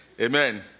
Amen